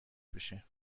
بشه